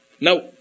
Now